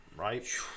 Right